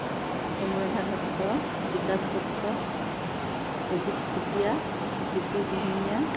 Anuradha Dutta Bikash Dutta Ajit Chutia Jyoti Dihingia